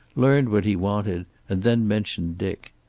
learned what he wanted, and then mentioned dick.